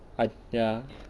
I ya